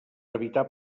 evitar